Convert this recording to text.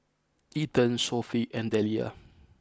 Ethan Sophie and Delia